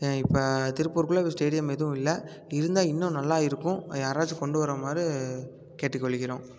இப்போ திருப்பூருக்குள்ளே ஸ்டேடியம் எதுவும் இல்லை இருந்தால் இன்னும் நல்லா இருக்கும் யாராச்சும் கொண்டு வருமாறு கேட்டுக்கொள்கிறோம்